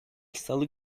salı